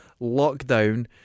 lockdown